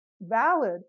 valid